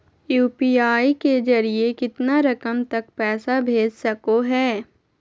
UPI के जरिए कितना रकम तक पैसा भेज सको है?